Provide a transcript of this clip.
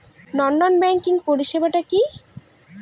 নন banking পরিষেবা টা কি?